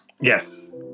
Yes